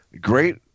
Great